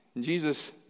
Jesus